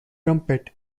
trumpet